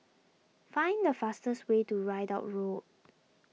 find the fastest way to Ridout Road